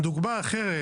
דוגמה אחרת,